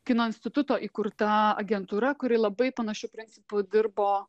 kino instituto įkurta agentūra kuri labai panašiu principu dirbo